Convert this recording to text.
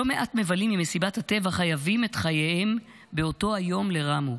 לא מעט מבלים ממסיבת הטבח חייבים את חייהם באותו היום לרמו,